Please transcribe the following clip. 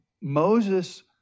Moses